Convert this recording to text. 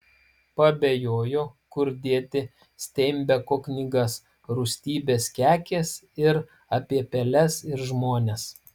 paabejojo kur dėti steinbeko knygas rūstybės kekės ir apie peles ir žmones